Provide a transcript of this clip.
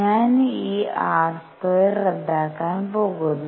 ഞാൻ ഈ r² റദ്ദാക്കാൻ പോകുന്നു